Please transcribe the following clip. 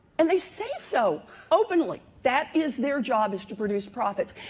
and they say so openly. that is their job, is to produce profits,